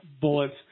bullets